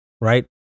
right